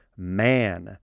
Man